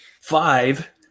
five